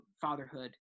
fatherhood